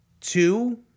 two